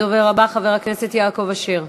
הדובר הבא, חבר הכנסת יעקב אשר.